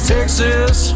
Texas